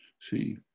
see